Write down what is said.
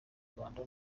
rwanda